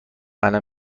الان